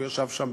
הוא ישב שם,